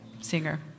singer